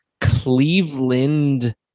Cleveland